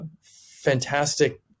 fantastic